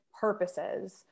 purposes